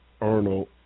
Arnold